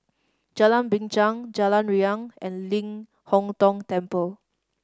Jalan Binchang Jalan Riang and Ling Hong Tong Temple